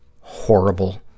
horrible